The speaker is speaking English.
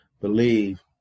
believe